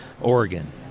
Oregon